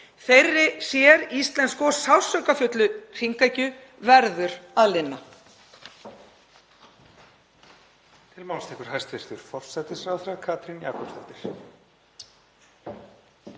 Þeirri séríslensku og sársaukafullu hringekju verður að linna.